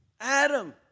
Adam